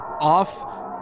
off